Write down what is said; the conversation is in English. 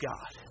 God